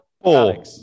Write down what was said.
Four